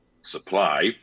supply